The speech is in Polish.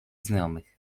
znajomych